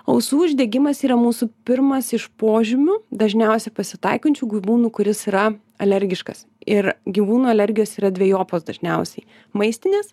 ausų uždegimas yra mūsų pirmas iš požymių dažniausia pasitaikančių gyvūnų kuris yra alergiškas ir gyvūnų alergijos yra dvejopos dažniausiai maistinės